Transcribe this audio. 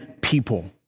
people